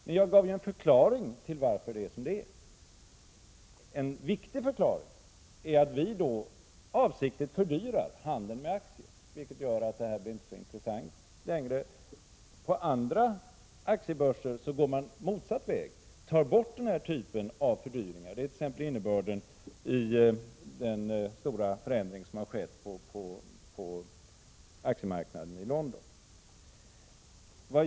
Jag gav emellertid en förklaring till varför det är som det är. En viktig förklaring är att vi avsiktligt fördyrar handeln med aktier, vilket gör att det inte blir så intressant längre. På andra aktiebörser går man motsatt väg och tar bort den här typen av fördyringar. Det är t.ex. innebörden av den stora förändring som har skett på aktiemarknaden i London.